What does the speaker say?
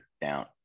down